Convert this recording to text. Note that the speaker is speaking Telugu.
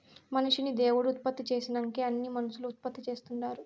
మనిషిని దేవుడు ఉత్పత్తి చేసినంకే అన్నీ మనుసులు ఉత్పత్తి చేస్తుండారు